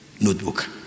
notebook